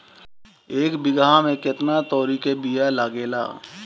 एक बिगहा में केतना तोरी के बिया लागेला?